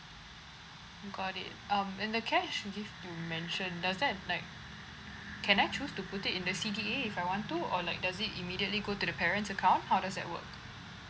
got it um and the cash gift you mentioned does that like can I choose to put it in the C_D_A if I want to or like does it immediately go to the parent's account how does that work